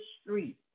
street